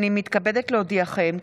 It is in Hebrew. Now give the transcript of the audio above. הינני מתכבדת להודיעכם,